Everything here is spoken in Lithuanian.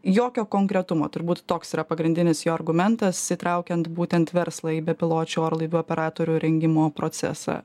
jokio konkretumo turbūt toks yra pagrindinis jo argumentas įtraukiant būtent verslą į bepiločių orlaivių operatorių rengimo procesą